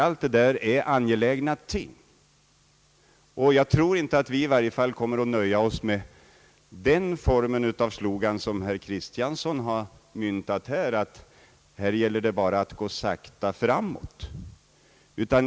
Allt detta är angelägna ting, och jag tror inte att vi kommer att nöja oss med den slogan, som herr Kristiansson här har myntat, nämligen att det bara gäller att gå sakta framåt.